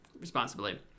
responsibly